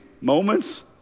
moments